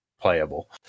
playable